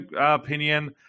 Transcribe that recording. opinion